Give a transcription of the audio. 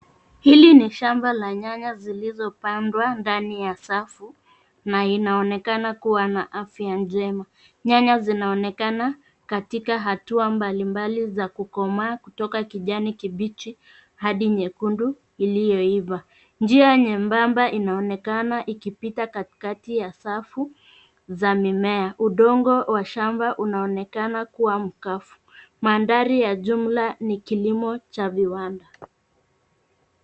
Hili ni shamba la nyanya zilizopandwa ndani ya safu na inaonekana kuwa na afya njema, nyanya zinaonekana katika hatua mbalimbali za kukomaa kutoka kijani kibichi, hadi nyekundu, iliyoiva, njia nyembamba inaonekana ikipita katikati ya safu, za mimea, udongo wa shamba unaonekana kuwa mkavu, mandhari ya jumla ni kilimo cha viwanda.